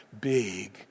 big